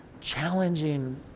challenging